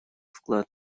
вклад